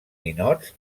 ninots